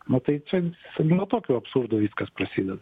nu tai čia nuo tokio absurdo viskas prasideda